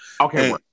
okay